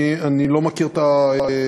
אני לא מכיר את הפרוצדורה,